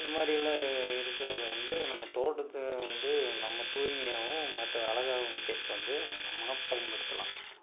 இந்த மாதிரியெல்லாம் இருக்கிறத வந்து நம்ம தோட்டத்தை வந்து நம்ம தூய்மையாகவும் மற்ற அழகாகவும் அமைக்கிறத்துக்கு வந்து நம்ம பயன்படுத்தலாம்